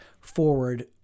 forward